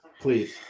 please